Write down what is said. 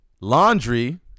Laundry